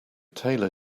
taylor